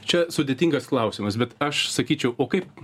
čia sudėtingas klausimas bet aš sakyčiau o kaip